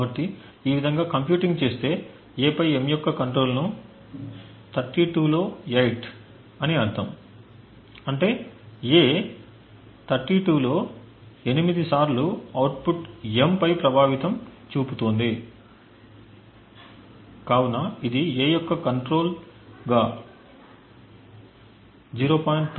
కాబట్టి ఈ విధంగా కంప్యూటింగ్ చేస్తే A పై M యొక్క కంట్రోల్ ను 32 లో 8 అని అర్ధం అంటే A 32 లో 8 సార్లు అవుట్పుట్ M పై ప్రభావం చూపుతుంది కాబట్టి ఇది A యొక్క కంట్రోల్ గా 0